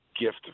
gift